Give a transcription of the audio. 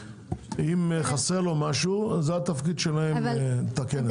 אם חסר לו משהו אז זה התפקיד שלהם לתקן את זה.